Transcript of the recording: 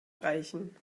reichen